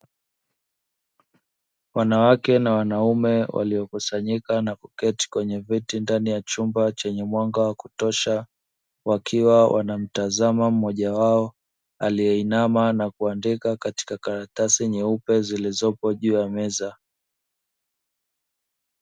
Wanawake na wanaume waliokusanyika na kuketi kwenye viti ndani ya chumba chenye mwanga wa kutosha, wakiwa wanamtazama mmoja wao aliyeinama na kuandika katika karatasi nyeupe zilizopo juu ya meza.